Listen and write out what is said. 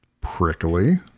prickly